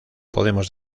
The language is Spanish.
podemos